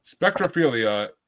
Spectrophilia